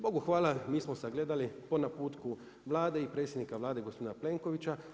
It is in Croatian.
Bogu hvala, mi smo sagledali po naputku Vlade i predsjednika Vlade gospodina Plenkovića.